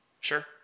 Sure